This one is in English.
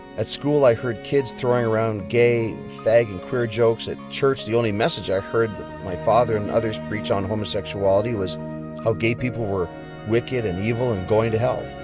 at school i heard kids throwing around gay, fag, and queer jokes. at church the only message i heard my father and others preach on homosexuality was how gay people were wicked, and evil, and going to hell.